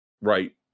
right